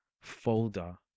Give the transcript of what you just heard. folder